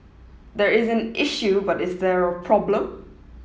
there is an issue but is there a problem